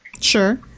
Sure